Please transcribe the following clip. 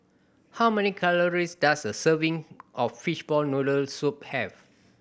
how many calories does a serving of fishball noodle soup have